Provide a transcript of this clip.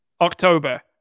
October